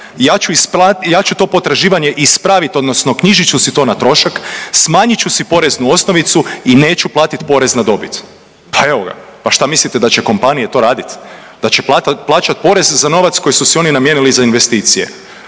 ja ću to potraživanje ispraviti odnosno knjižit ću si to na trošak, smanjit ću si poreznu osnovicu i neću platiti porez na dobit. Pa evo ga, pa što mislite da će kompanije to raditi da će plaćati porez za novac koji su si oni namijenili za investicije